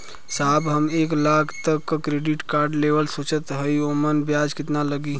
साहब हम एक लाख तक क क्रेडिट कार्ड लेवल सोचत हई ओमन ब्याज कितना लागि?